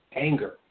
anger